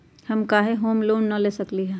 हम काहे home loan न ले सकली ह?